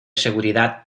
seguridad